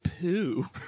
poo